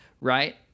right